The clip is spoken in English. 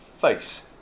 face